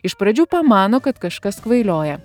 iš pradžių pamano kad kažkas kvailioja